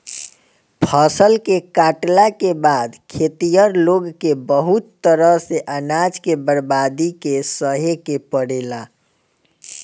फसल के काटला के बाद खेतिहर लोग के बहुत तरह से अनाज के बर्बादी के सहे के पड़ेला